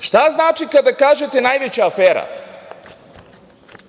Šta znači kada kažete najveća afera?